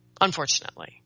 unfortunately